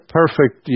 perfect